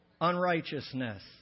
unrighteousness